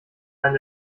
einen